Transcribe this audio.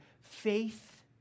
faith